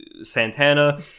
Santana